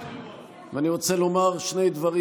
אני רוצה לומר שני דברים